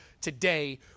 today